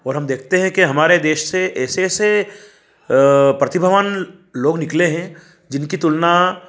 और हम देखते हैं कि हमारे देश से ऐसे ऐसे प्रतिभावान लोग निकले हैं जिनकी तुलना